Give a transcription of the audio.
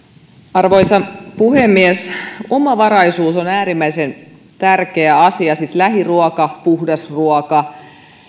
arvoisa puhemies omavaraisuus on äärimmäisen tärkeä asia siis lähiruoka puhdas ruoka